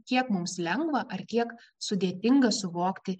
kiek mums lengva ar kiek sudėtinga suvokti